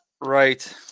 right